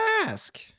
ask